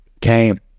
Came